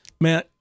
man